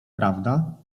prawda